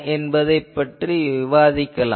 என்று விவாதிக்கலாம்